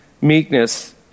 meekness